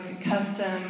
custom